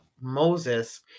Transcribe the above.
Moses